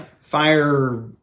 fire